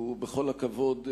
בכל הכבוד,